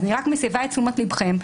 אני רק מסבה את תשומת ליבכם,